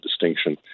distinction